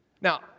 Now